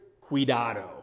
cuidado